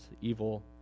evil